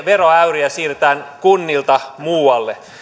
veroäyriä siirretään kunnilta muualle